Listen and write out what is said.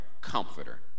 comforter